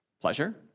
Pleasure